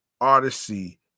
odyssey